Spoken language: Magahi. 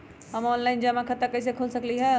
हम ऑनलाइन जमा खाता कईसे खोल सकली ह?